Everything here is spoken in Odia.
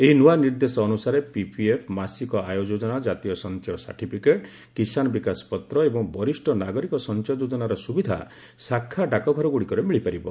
ଏହି ନୂଆ ନିର୍ଦ୍ଦେଶ ଅନୁସାରେ ପିପିଏଫ୍ ମାସିକ ଆୟ ଯୋଜନା ଜାତୀୟ ସଞ୍ଚୟ ସାର୍ଟିଫିକେଟ୍ କିଷାନ ବିକାଶ ପତ୍ର ଏବଂ ବରିଷ୍ଠ ନାଗରିକ ସଞ୍ଚୟ ଯୋଜନାର ସୁବିଧା ଶାଖା ଡାକଘରଗୁଡ଼ିକରେ ମିଳିପାରିବ